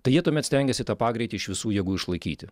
tai jie tuomet stengiasi tą pagreitį iš visų jėgų išlaikyti